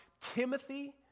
Timothy